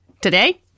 Today